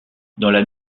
dans